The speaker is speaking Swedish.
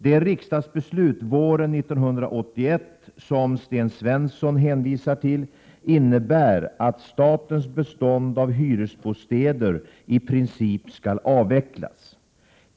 Det riksdagsbeslut våren 1981 som Sten Svensson hänvisar till innebär att statens bestånd av hyresbostäder i princip skall avvecklas.